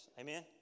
Amen